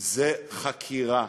זה חקירה,